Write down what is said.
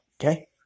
Okay